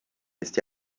ist